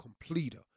completer